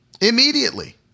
immediately